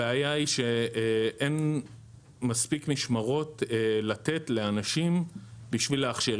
הבעיה היא שאין מספיק משמרות לתת לאנשים בשביל להכשיר.